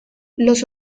los